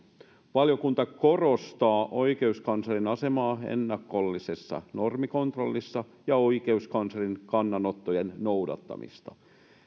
valiokunta korostaa oikeuskanslerin asemaa ennakollisessa normikontrollissa ja oikeuskanslerin kannanottojen noudattamista